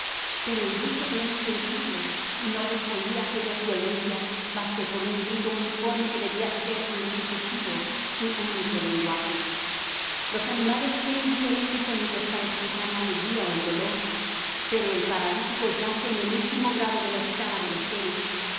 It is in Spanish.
pero el duque era insensible y no respondía a aquellas violencias más que por un grito uniforme que debía ser en lo sucesivo su único lenguaje los animales tienen diferentes sonidos para expresar la alegría o el dolor pero el paralítico yace en el último grado de la escala de los seres